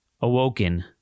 awoken